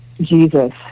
Jesus